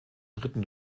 dritten